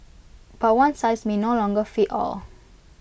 but one size may no longer fit all